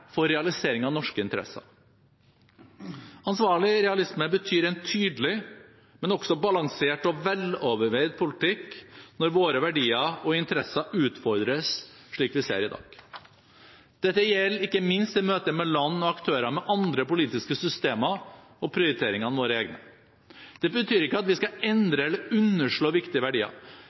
for realisering av norske interesser. Ansvarlig realisme betyr en tydelig, men også balansert og veloverveid politikk når våre verdier og interesser utfordres slik vi ser i dag. Dette gjelder ikke minst i møte med land og aktører med andre politiske systemer og prioriteringer enn våre egne. Det betyr ikke at vi skal endre eller underslå viktige verdier,